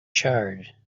charred